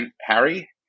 Harry